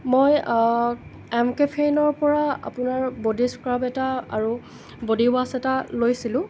মই এম কেফেইনৰ পৰা আপোনাৰ বডী স্ক্ৰাব এটা আৰু বডী ৱাশ্ৱ এটা লৈছিলোঁ